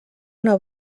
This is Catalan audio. una